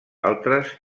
altres